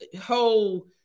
whole